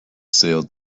sailed